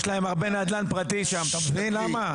יש להם הרבה נדל"ן פרטי שם, אתה מבין למה?